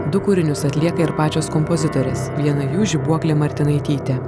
du kūrinius atlieka ir pačios kompozitorės viena jų žibuoklė martinaitytė